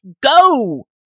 go